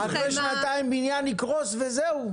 אחרי שנתיים בניין יקרוס וזהו?